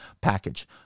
package